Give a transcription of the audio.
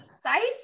size